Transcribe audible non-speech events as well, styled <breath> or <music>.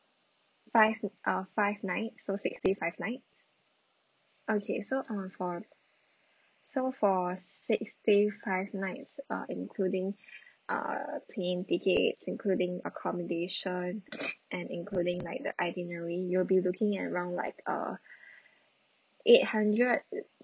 five uh five nights so six day five nights okay so uh for so for six day five nights uh including uh plane tickets including accommodation <breath> and including like the itinerary you'll be looking at around like uh eight hundred